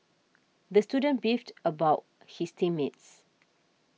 the student beefed about his team mates